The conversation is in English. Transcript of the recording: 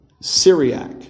Syriac